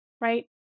right